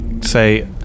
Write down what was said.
say